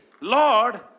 Lord